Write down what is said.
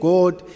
God